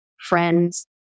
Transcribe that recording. friends